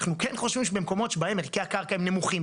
אנחנו כן חושבים שבמקומות שבהם ערכי הקרקע הם נמוכים,